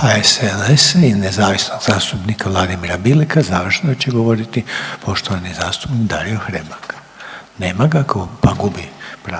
HSLS-a i nezavisnog zastupnika Vladimira Bileka završno će govoriti poštovani zastupnik Dario Hrebak. Nema ga, pa gubi pravo